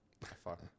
Fuck